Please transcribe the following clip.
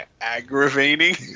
Aggravating